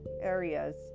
areas